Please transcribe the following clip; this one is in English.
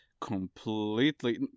completely